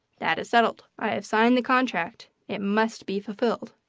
that is settled. i have signed the contract. it must be fulfilled.